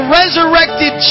resurrected